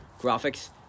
Graphics